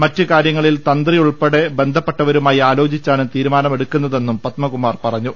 മറ്റ് കാര്യങ്ങളിൽ തന്ത്രി ഉൾപ്പെടെ ബന്ധപ്പെട്ടവരുമായി ആലോചിച്ചാണ് തീരുമാനമെടുക്കു ന്നതെന്നും പത്മകുമാർ പറഞ്ഞു